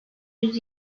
yüz